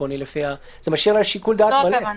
זאת לא הכוונה.